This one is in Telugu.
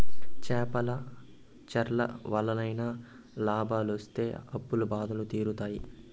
చేపల చెర్ల వల్లనైనా లాభాలొస్తి అప్పుల బాధలు తీరుతాయి